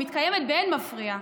שמתקיימת באין מפריע.